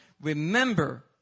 Remember